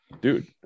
Dude